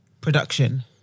production